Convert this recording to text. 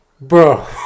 Bro